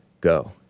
go